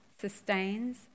sustains